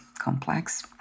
complex